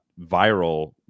viral